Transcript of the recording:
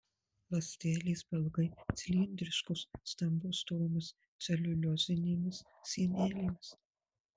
ląstelės pailgai cilindriškos stambios storomis celiuliozinėmis sienelėmis